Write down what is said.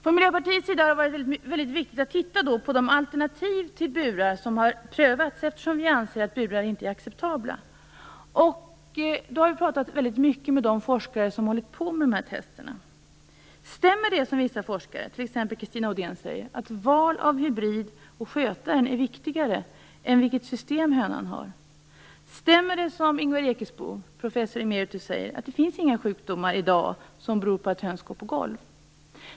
För Miljöpartiet har det varit viktigt att titta på de alternativ till burar som har prövats, eftersom vi anser att det inte är acceptabelt med burar. Vi har pratat mycket med de forskare som har hållit på med tester. Stämmer det som vissa forskare, t.ex. Kristina Odén, säger, att val av hybrid och skötare är viktigare än vilket system hönan har? Stämmer det som professor emeritus Ingvar Ekesbo säger, att det inte finns några sjukdomar i dag som beror på att höns går på golv?